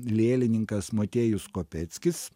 lėlininkas motiejus kopeckis